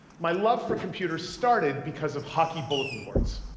my love for computers started because of hockey bulletin boards.